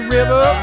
River